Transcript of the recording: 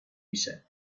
میشه